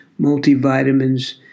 multivitamins